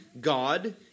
God